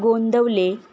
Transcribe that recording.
Gondavale